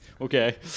Okay